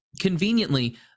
conveniently